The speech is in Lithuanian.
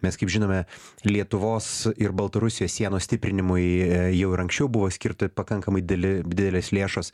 mes kaip žinome lietuvos ir baltarusijos sienos stiprinimui jau ir anksčiau buvo skirti pakankamai dideli didelės lėšos